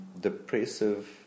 depressive